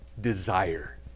desire